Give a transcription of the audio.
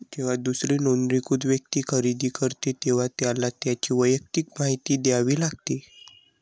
जेव्हा दुसरी नोंदणीकृत व्यक्ती खरेदी करते, तेव्हा त्याला त्याची वैयक्तिक माहिती द्यावी लागते